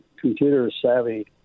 computer-savvy